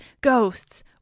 ghosts